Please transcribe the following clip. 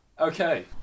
Okay